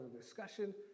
discussion